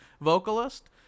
vocalist